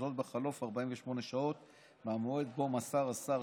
וזאת בחלוף 48 שעות מהמועד שבו מסר השר